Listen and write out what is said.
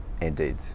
Indeed